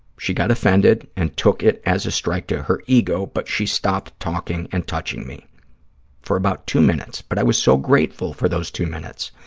she got offended and took it as a strike to her ego, but she stopped talking and touching me for about two minutes, but i was so grateful for those two minutes.